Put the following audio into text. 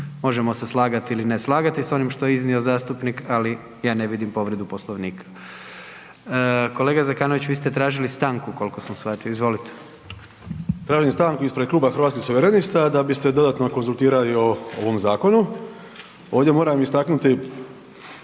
Možemo se slagati ili ne slagati što je iznio zastupnik, ali ja ne vidim povredu Poslovnika. Kolega Zekanović, vi ste tražili stanku koliko sam shvatio, izvolite. **Zekanović, Hrvoje (HRAST)** Tražim stanku ispred Kluba Hrvatskih suverenista da bi se dodatno konzultirali o ovom zakonu. Ovdje moram istaknuti